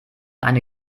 eine